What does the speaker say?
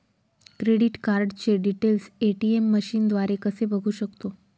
Credit कार्डचे details ATM मशीनद्वारे कसे बघू शकतो?